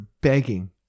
begging